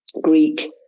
Greek